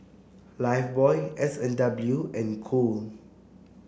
Lifebuoy S and W and Cool